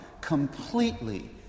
completely